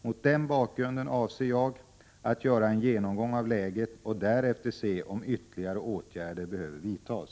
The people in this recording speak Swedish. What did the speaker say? Mot den bakgrunden avser jag att göra en genomgång av läget och därefter se om ytterligare åtgärder behöver vidtas.